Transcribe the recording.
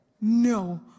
No